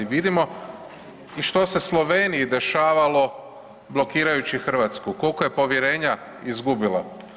Vidimo i što se Sloveniji dešavalo, blokirajući Hrvatsku, koliko je povjerenja izgubila.